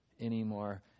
anymore